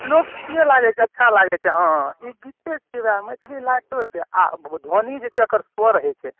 लोककेँ नीक लागैत छै अच्छा लागैत छै हँ ई गीते छियै उएह मैथिली लगितो छै आ ध्वनि जे छै एकर स्वर होइ छै